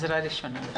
עזרה ראשונה.